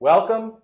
Welcome